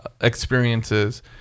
experiences